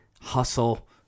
hustle